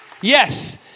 Yes